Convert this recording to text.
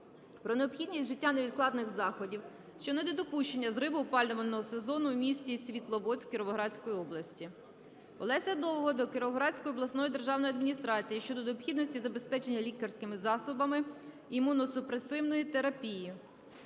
про необхідність вжиття невідкладних заходів щодо недопущення зриву опалювального сезону в місті Світловодськ Кіровоградської області. Олеся Довгого до Кіровоградської обласної державної адміністрації щодо необхідності забезпечення лікарськими засобами імуносупресивної терапії.